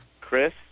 Chris